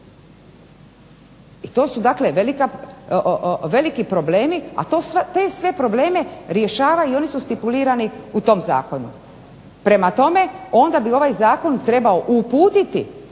I to su dakle veliki problemi, a te sve probleme rješava i oni su stipulirani u tom zakonu. Prema tome, onda bi ovaj zakon trebao uputiti